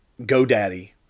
GoDaddy